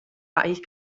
eigentlich